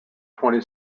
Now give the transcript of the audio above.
twenty